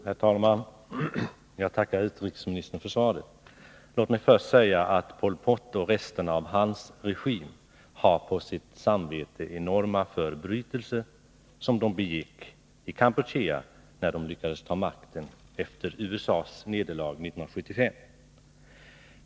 Herr talman! Jag tackar utrikesministern för svaret. Låt mig först säga att Pol Pot och resterna av hans regim har på sitt samvete enorma förbrytelser som de begick i Kampuchea, när de lyckades ta makten efter USA:s nederlag 1975.